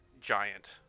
giant